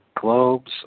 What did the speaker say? globes